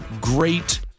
great